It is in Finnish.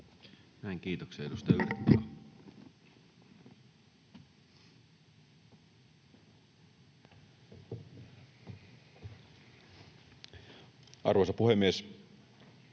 Näin, kiitoksia. —Edustaja Kaleva. Arvoisa puhemies!